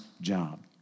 job